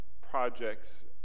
projects